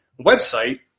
website